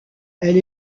elle